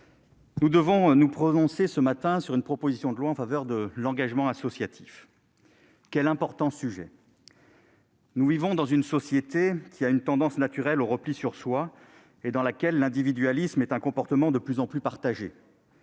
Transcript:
nous devons nous prononcer ce matin sur une proposition de loi en faveur de l'engagement associatif. Quel important sujet ! Nous vivons dans une société qui a une tendance naturelle au repli sur soi et dans laquelle l'individualisme est un comportement de plus en plus partagé.